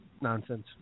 nonsense